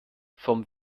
vom